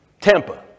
Tampa